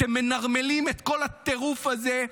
אתם מנרמלים את כל הטירוף הזה,